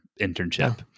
internship